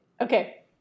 Okay